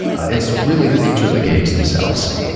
it's really the nature of the games themselves.